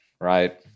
right